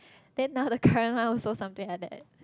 then now the current one also something like that